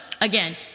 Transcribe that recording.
again